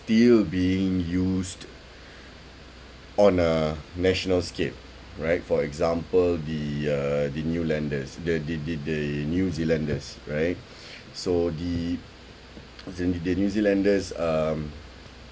still being used on a national scale right for example the uh the new landers the the the the new zealanders right so the zea~ the new zealanders um